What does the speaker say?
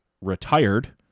retired